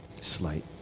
Slight